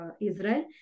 israel